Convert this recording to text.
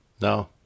No